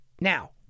Now